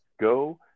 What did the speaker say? go